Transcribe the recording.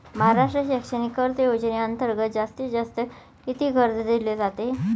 महाराष्ट्र शैक्षणिक कर्ज योजनेअंतर्गत जास्तीत जास्त किती कर्ज दिले जाते?